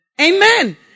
Amen